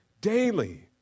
daily